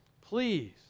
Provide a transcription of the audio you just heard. please